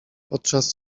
podczas